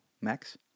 max